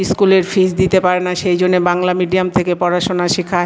স্কুলের ফিস দিতে পারে না সেই জন্যে বাংলা মিডিয়াম থেকে পড়াশোনা শেখায়